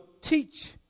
teach